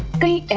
the and